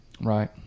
right